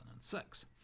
2006